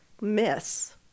miss